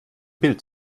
bild